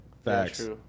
Facts